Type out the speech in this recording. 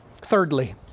Thirdly